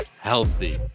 healthy